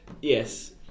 yes